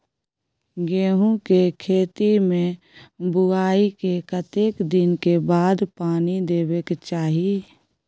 गेहूँ के खेती मे बुआई के कतेक दिन के बाद पानी देबै के चाही?